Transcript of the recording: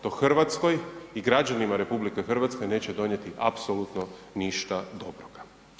To Hrvatskoj i građanima RH neće donijeti apsolutno ništa dobroga.